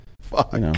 fuck